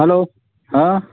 hello હા